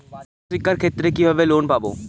উচ্চশিক্ষার ক্ষেত্রে কিভাবে লোন পাব?